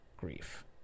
Grief